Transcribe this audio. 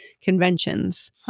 conventions